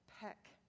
peck